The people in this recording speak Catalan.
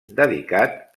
dedicat